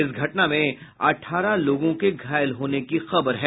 इस घटना में अट्ठारह लोगों के घायल होने की खबर है